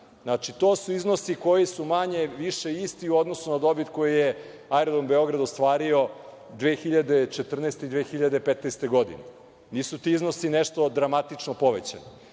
dinara. To su iznosi koji su manje više isti u odnosu na dobit koji je Aerodrom Beograd ostvario 2014. i 2015. godine. Nisu ti iznosi nešto dramatično povećani,